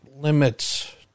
limits